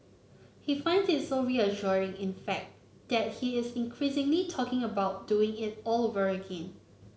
he find it so reassuring in fact that he is increasingly talking about doing it all very again